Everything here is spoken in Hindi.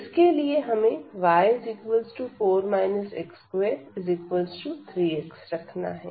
इसके लिए हमें y 4 x23x रखना है